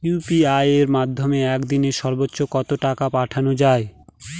UPI এর মাধ্যমে এক দিনে সর্বচ্চ কত টাকা পাঠানো যায়?